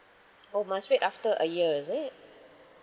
oh must wait after a year is it